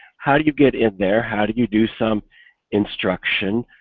how do you get in there? how do you do some instruction?